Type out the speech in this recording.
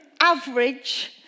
average